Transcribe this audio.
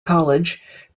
college